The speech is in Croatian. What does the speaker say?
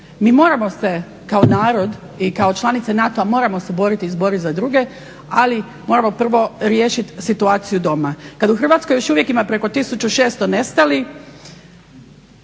mi moramo se kao narod i kao članice NATO-a moramo se boriti i izboriti za druge, ali moramo prvo riješiti situaciju doma. Kad u Hrvatskoj još uvijek ima preko 1600 nestalih,